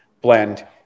blend